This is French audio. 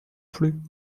plus